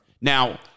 Now